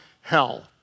hell